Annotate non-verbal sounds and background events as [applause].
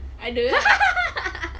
ada ah [laughs]